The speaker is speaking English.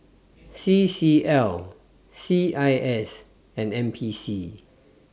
CCL CIS and NPC